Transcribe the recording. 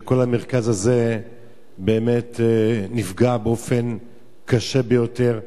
שכל המרכז הזה באמת נפגע באופן קשה ביותר,